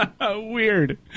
Weird